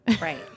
right